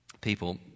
People